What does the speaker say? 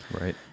Right